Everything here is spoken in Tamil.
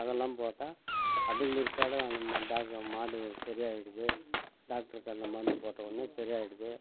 அதெல்லாம் போட்டால் அதுக்கும் பிற்பாடு அந்த மா டாக்டர் மாடு சரியாயிடுது டாக்டர்கிட்ட அந்த மருந்து போட்ட உடனே சரியாயிடுது